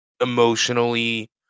emotionally